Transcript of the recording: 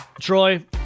Troy